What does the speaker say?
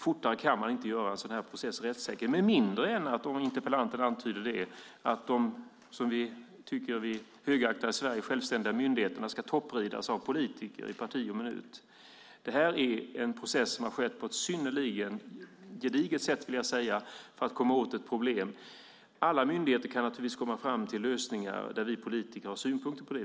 Fortare kan man inte göra en sådan här process på ett rättssäkert sätt med mindre än att - om interpellanten antyder det - att de som vi högaktar i Sverige, de självständiga myndigheterna, ska toppridas av politiker i parti och minut. Detta är en process som har skett på ett synnerligen gediget sätt för att komma åt ett problem. Alla myndigheter kan naturligtvis komma fram till lösningar som vi som politiker har synpunkter på.